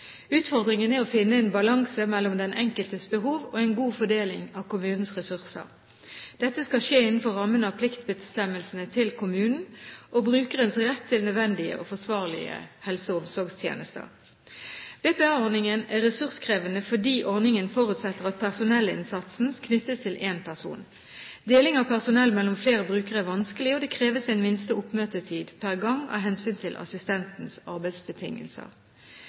Utfordringen er å finne en balanse mellom den enkeltes behov og en god fordeling av kommunens ressurser. Dette skal skje innenfor rammen av pliktbestemmelser til kommunen og brukerens rett til nødvendige og forsvarlige helse- og omsorgstjenester. BPA-ordningen er ressurskrevende fordi ordningen forutsetter at personellinnsatsen knyttes til én person. Deling av personell mellom flere brukere er vanskelig, og det kreves en minste oppmøtetid per gang av hensyn til assistentens arbeidsbetingelser.